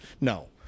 No